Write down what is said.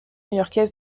yorkaise